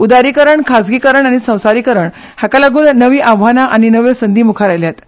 उदारीकरण खाजगीकरण आनी संवसारीकरण हाका लागून नवी आव्हानां आनी नवी संदी मुखार आयल्यात